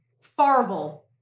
Farvel